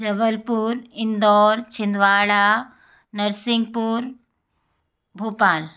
Jabalpur Indore Chhindwara Narsinghpur Bhopal